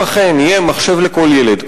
אם אכן יהיה מחשב לכל ילד,